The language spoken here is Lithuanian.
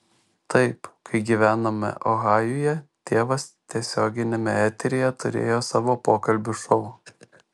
taip kai gyvenome ohajuje tėvas tiesioginiame eteryje turėjo savo pokalbių šou